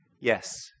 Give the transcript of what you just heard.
yes